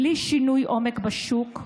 בלי שינוי עומק בשוק,